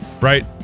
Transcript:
right